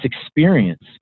experience